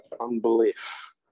unbelief